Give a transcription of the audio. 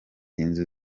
inzu